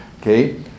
okay